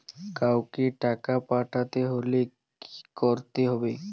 কাওকে টাকা পাঠাতে হলে কি করতে হবে?